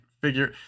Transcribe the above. figure